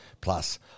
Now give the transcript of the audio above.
Plus